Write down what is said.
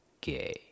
gay